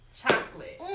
chocolate